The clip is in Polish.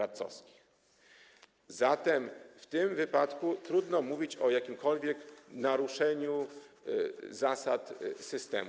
A zatem w tym wypadku trudno mówić o jakimkolwiek naruszeniu zasad systemu.